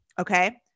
Okay